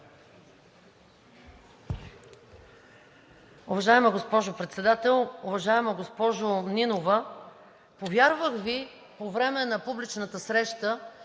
Уважаема госпожо Председател! Уважаема госпожо Нинова, повярвах Ви по време на публичната среща,